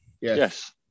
Yes